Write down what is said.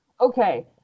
okay